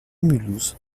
mulhouse